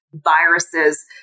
viruses